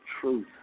truth